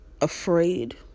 afraid